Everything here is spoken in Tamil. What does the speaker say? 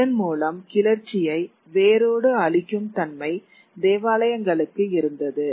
இதன் மூலம் கிளர்ச்சியை வேரோடு அழிக்கும் தன்மை தேவாலயங்களுக்கு இருந்தது